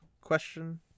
question